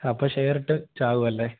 അപ്പോള് ഷെയറിട്ട് ചാകുമല്ലേ